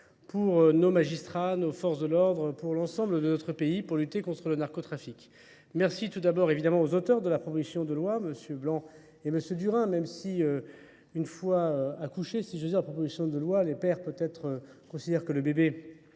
pour nos magistrats, nos forces de l'ordre, pour l'ensemble de notre pays, pour lutter contre le narcotrafique. Merci tout d'abord évidemment aux auteurs de la proposition de loi, M. Blanc et M. Durin, même si une fois accouché, si je veux dire la proposition de loi, les pères peut-être considèrent que le bébé